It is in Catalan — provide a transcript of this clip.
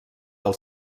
del